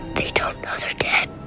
they don't know they're dead